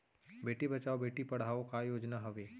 बेटी बचाओ बेटी पढ़ाओ का योजना हवे?